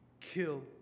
kill